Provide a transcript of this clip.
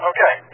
Okay